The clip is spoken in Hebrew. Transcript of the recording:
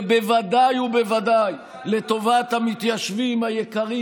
ובוודאי ובוודאי לטובת המתיישבים היקרים